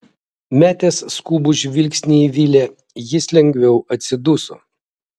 metęs skubų žvilgsnį į vilę jis lengviau atsiduso